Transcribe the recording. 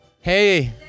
Hey